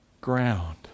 ground